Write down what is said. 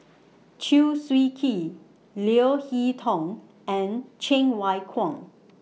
Chew Swee Kee Leo Hee Tong and Cheng Wai Keung